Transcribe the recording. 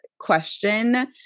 question